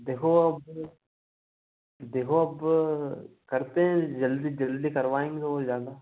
देखो अब देखो अब करते हैं जल्दी जल्दी करवाएँगे और ज़्यादा